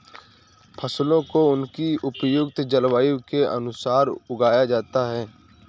फसलों को उनकी उपयुक्त जलवायु के अनुसार उगाया जाता है